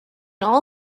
all